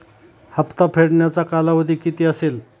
हप्ता फेडण्याचा कालावधी किती असेल?